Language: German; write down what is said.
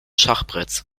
schachbretts